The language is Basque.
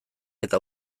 eta